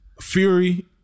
Fury